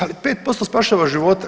Ali 5% spašava živote.